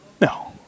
No